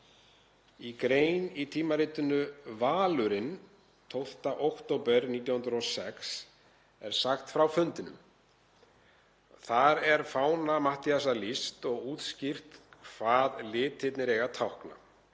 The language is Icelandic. Í grein í tímaritinu Valurinn 12. október 1906 er sagt frá fundinum. Þar er fána Matthíasar lýst og útskýrt hvað litirnir eiga að tákna.